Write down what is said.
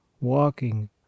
walking